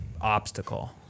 obstacle